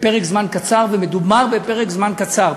בפרק זמן קצר, ומדובר בפרק זמן קצר.